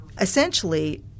essentially